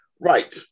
Right